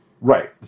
Right